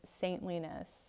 saintliness